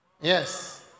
Yes